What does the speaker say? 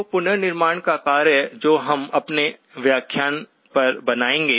तो पुनर्निर्माण का कार्य जो हम अगले व्याख्यान पर बनाएंगे